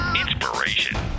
Inspiration